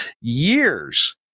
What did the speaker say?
years